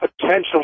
potentially